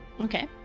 Okay